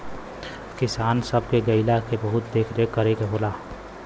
किसान सब के गइया के बहुत देख रेख करे के होला